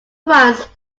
france